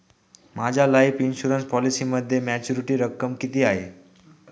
माझ्या life insurance पॉलिसीमध्ये maturity रक्कम किती आहे?